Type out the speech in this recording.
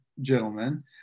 gentlemen